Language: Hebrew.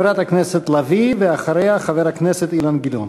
חברת הכנסת לביא, ואחריה, חבר הכנסת אילן גילאון.